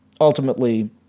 ultimately